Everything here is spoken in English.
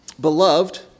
Beloved